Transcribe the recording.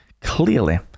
clearly